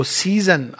season